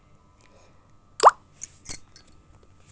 నాయినా వైరస్ తగ్గడానికి మందులు వేద్దాం రోయ్యల సెరువులో నువ్వేమీ భయపడమాకు